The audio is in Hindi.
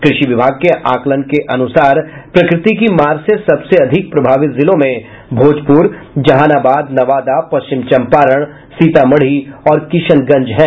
कृषि विभाग के आकलन के अनुसार प्रकृति की मार से सबसे अधिक प्रभावित जिलों में भोजपुर जहानबाद नवादा पश्चिम चंपारण सीतामढ़ी और किशनगंज हैं